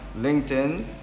LinkedIn